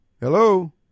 Hello